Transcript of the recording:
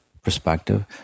perspective